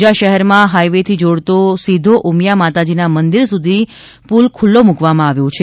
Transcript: ઉંઝા શહેરમાં હાઇવેથી જોડતો પુલ સીધો ઉમિયા માતાજીના મંદિર સુધી જોડતો પુલ ખુલ્લો મુકવામાં આવ્યો છે